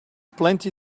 plenty